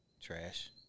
Trash